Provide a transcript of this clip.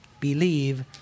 Believe